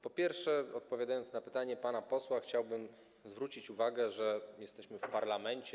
Po pierwsze, odpowiadając na pytanie pana posła, chciałbym zwrócić uwagę, że jesteśmy w parlamencie.